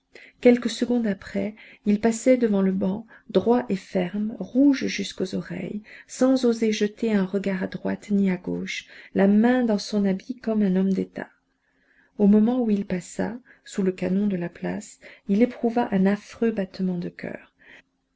quelques secondes après il passait devant le banc droit et ferme rouge jusqu'aux oreilles sans oser jeter un regard à droite ni à gauche la main dans son habit comme un homme d'état au moment où il passa sous le canon de la place il éprouva un affreux battement de coeur